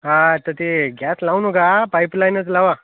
हा तर ते गॅस लावू नका पाईपलाईनच लावा